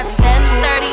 10:30